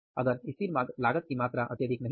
अगर स्थिर लागत की मात्रा अत्यधिक नहीं है